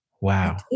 Wow